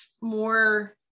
more